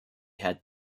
had